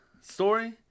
story